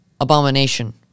Abomination